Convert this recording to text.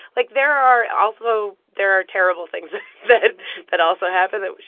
like, there are also there are terrible things that that also happen that,